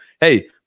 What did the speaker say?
hey